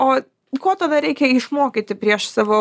o ko tada reikia išmokyti prieš savo